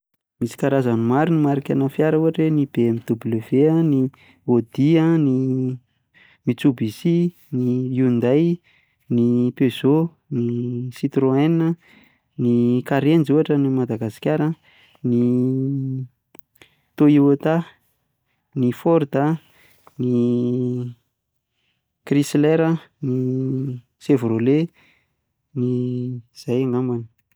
Misy karazany maro ny marika ana fiara, ohatra hoe ny BMW, ny audi, ny mitsubishi, ny hyundai, ny peugeot, ny citroen, ny karenjy ohatra ny an'i Madagasikara, ny toyota, ny ford, ny chrysler, ny, chevrolet, ny, izay angambany.